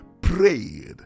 prayed